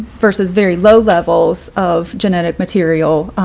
versus very low levels of genetic material,